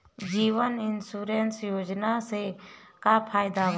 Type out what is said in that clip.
जीवन insurance योजना से का फायदा बा?